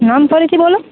નામ ફરીરથી બોલો